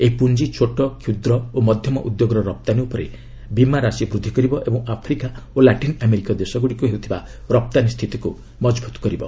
ଏହି ପୁଞ୍ଜି ଛୋଟ କ୍ଷୁଦ୍ର ଓ ମଧ୍ୟମ ଉଦ୍ୟୋଗର ରପ୍ତାନୀ ଉପରେ ବୀମା ରାଶି ବୃଦ୍ଧି କରିବ ଏବଂ ଆଫ୍ରିକା ଓ ଲାଟିନ୍ ଆମେରିକୀୟ ଦେଶଗୁଡ଼ିକୁ ହେଉଥିବା ରପ୍ତାନୀ ସ୍ଥିତିକ୍ ମଜବୃତ୍ କରିବ